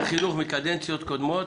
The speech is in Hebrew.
החינוך בקדנציות קודמות